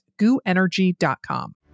gooenergy.com